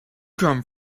come